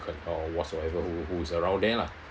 or whatsoever who who's around there lah